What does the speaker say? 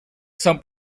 son